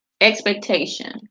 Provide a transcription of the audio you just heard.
expectation